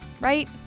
right